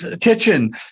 kitchen